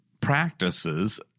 practices